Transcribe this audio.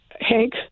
Hank